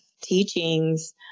teachings